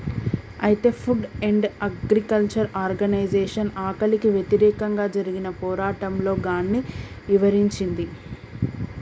అయితే food and agriculture organisation ఆకలికి వ్యతిరేకంగా జరిగిన పోరాటంలో గాన్ని ఇవరించింది